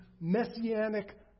messianic